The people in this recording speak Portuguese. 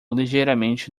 ligeiramente